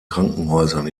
krankenhäusern